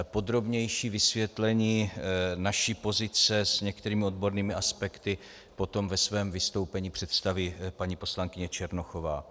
Podrobnější vysvětlení naší pozice s některými odbornými aspekty potom ve svém vystoupení představí paní poslankyně Černochová.